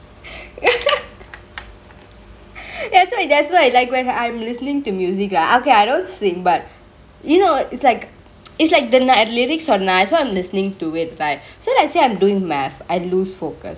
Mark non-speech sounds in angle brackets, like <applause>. <laughs> that's why that's why like when I'm listeningk to music lah okay I don't singk but you know it's like it's like the lyrics are nice so I'm listeningk to right so let's say I'm doingk math I lose focus